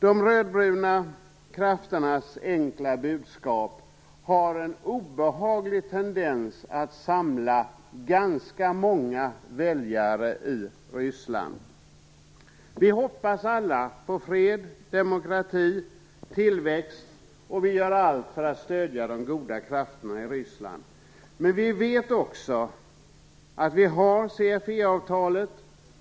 De röd-bruna krafternas enkla budskap har en obehaglig tendens att samla ganska många väljare i Ryssland. Vi hoppas alla på fred, demokrati och tillväxt. Vi gör allt för att stödja de goda krafterna i Ryssland, men vi vet också att vi har CFE-avtalet.